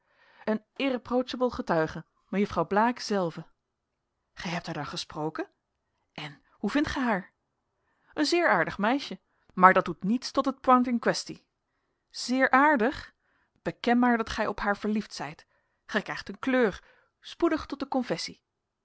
een irreprochabele getuige mejuffrouw blaek zelve gij hebt haar dan gesproken en hoe vindt gij haar een zeer aardig meisje maar dat doet niets tot het poinct in quaestie zeer aardig beken maar dat gij op haar verliefd zijt gij krijgt een kleur spoedig tot de confessie